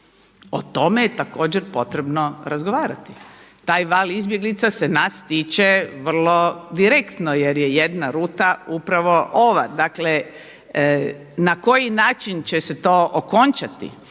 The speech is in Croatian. O tome je također potrebno razgovarati. Taj val izbjeglica se nas tiče vrlo direktno jer je jedna ruta upravo ova. Dakle, na koji način će se to okončati,